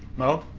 mo